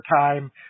time